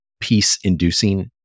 peace-inducing